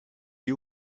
you